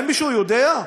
האם מישהו יודע?